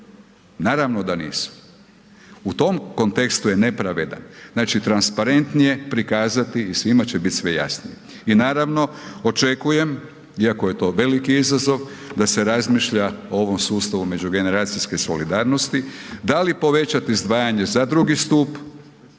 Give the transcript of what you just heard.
naravno da nisu. U tom kontekstu je nepravedan, znači transparentnije prikazati i svima će biti sve jasnije. I naravno očekuje iako je to veliki izazov da se razmišlja o ovom sustavu međugeneracijske solidarnosti, da li povećati izdvajanje za drugi stup